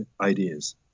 ideas